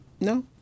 No